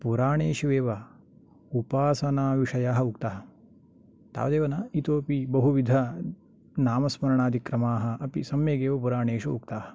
पुराणेषु एव उपासनाविषयः उक्तः तावदेव न इतोऽपि बहुविधनामस्मरणादिक्रमाः अपि सम्यगेव पुराणेषु उक्ताः